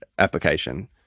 Application